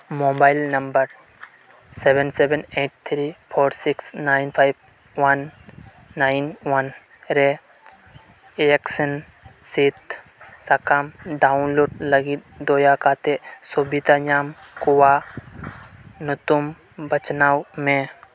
mobile number seven seven eight three four six nine five one nine one ᱨᱮ ᱤᱭᱮᱠᱥᱮᱱ ᱥᱤᱫ ᱥᱟᱠᱟᱢ download ᱞᱟᱹᱜᱤᱫ ᱫᱟᱭᱟ ᱠᱟᱛᱮ ᱥᱩᱵᱤᱫᱷᱟ ᱧᱟᱢ ᱠᱚᱣᱟᱜ ᱧᱩᱛᱩᱢ ᱵᱟᱪᱷᱱᱟᱣ ᱢᱮ